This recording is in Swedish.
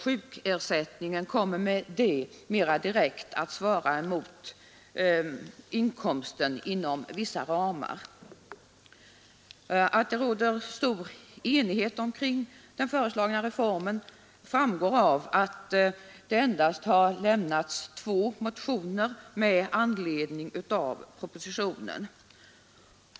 Sjukersättningen kommer därigenom att mera direkt svara mot inkomsten inom vissa ramar. Att det råder stor enighet kring den föreslagna reformen framgår av att det endast har lämnats två motioner med anledning av propositionen.